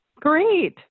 Great